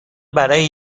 برای